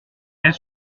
elle